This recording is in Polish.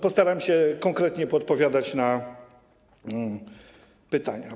Postaram się konkretnie odpowiadać na pytania.